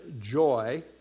joy